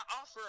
offer